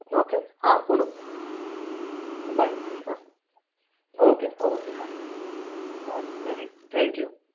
okay હા બોલો bye હા ઓકે ઓકે હા સારું થેન્કયુ